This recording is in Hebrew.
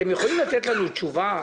אתם יכולים לתת לנו תשובה?